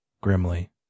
Grimly